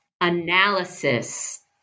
analysis